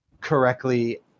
correctly